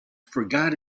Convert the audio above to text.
forgot